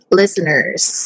listeners